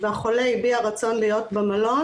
והחולה הביע רצון להיות במלון,